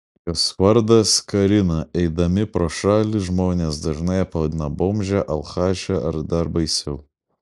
jos vardas karina eidami pro šalį žmonės dažnai ją pavadina bomže alchaše ar dar baisiau